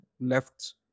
left